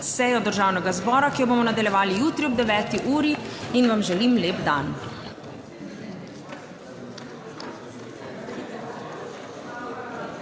sejo Državnega zbora, ki jo bomo nadaljevali jutri ob 9. uri in vam želim lep dan.